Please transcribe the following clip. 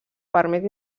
permet